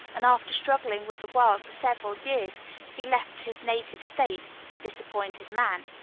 and after struggling with the world for several years he left his native state, a disappointed man.